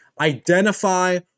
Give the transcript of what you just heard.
Identify